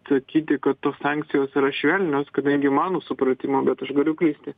sakyti kad tos sankcijos yra švelnios kadangi mano supratimu bet aš galiu klysti